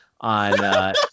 on